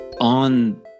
on